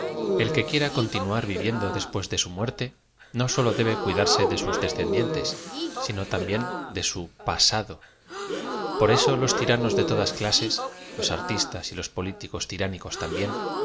el que quiera continuar vi viendo después de su muerte no so debe cuidarse de flus descendientes sino también de i pasado por eso los tíranos de todaa clases